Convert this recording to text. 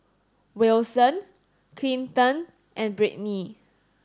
Wilson Clinton and Britney